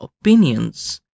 opinions